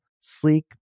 sleek